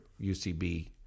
UCB